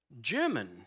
german